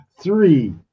Three